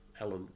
Alan